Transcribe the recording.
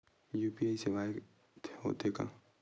UPI सेवाएं हो थे का?